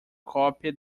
cópia